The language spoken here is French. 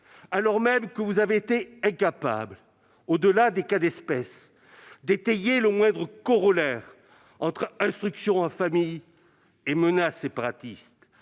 Alors même que vous avez été incapable, au-delà des cas d'espèce, d'étayer le moindre corollaire entre instruction en famille et menaces séparatistes,